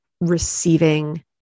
receiving